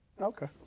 Okay